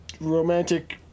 romantic